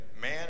man